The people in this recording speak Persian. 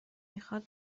میخواد